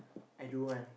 I don't want